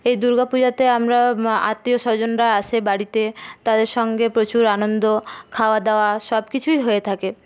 এই দুর্গা পূজাতে আমরা আত্মীয়স্বজনরা আসে বাড়িতে তাদের সঙ্গে প্রচুর আনন্দ খাওয়া দাওয়া সবকিছুই হয়ে থাকে